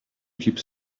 keeps